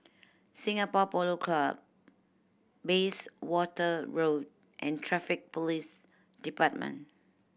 Singapore Polo Club Bayswater Road and Traffic Police Department